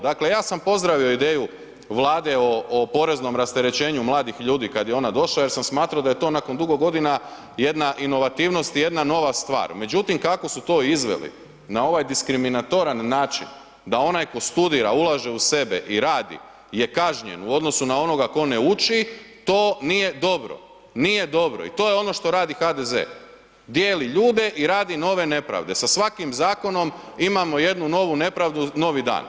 Dakle, ja sam pozdravio ideju Vlade o poreznom rasterećenju mladih ljudi kad je ona došla jer sam smatrao da je to nakon dugo godina jedna inovativnost i jedna nova stvar, međutim kako su to izveli na ovaj diskriminatoran način da onaj ko studira, ulaže u sebe i radi je kažnjen u odnosu na onoga ko ne uči, to nije dobro, nije dobro i to je ono što radi HDZ, dijeli ljude i radi nove nepravde, sa svakim zakonom imamo jednu novu nepravdu novi dan.